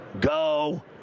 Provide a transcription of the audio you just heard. go